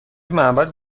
معبد